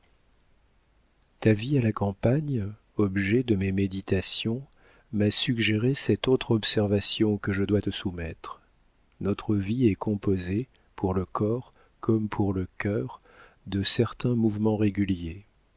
ta vie à la campagne objet de mes méditations m'a suggéré cette autre observation que je dois te soumettre notre vie est composée pour le corps comme pour le cœur de certains mouvements réguliers